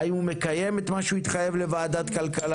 האם הוא מקיים את מה שהוא התחייב לוועדת הכלכלה?